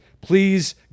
Please